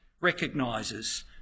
recognises